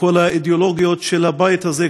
מכל האידיאולוגיות בבית הזה,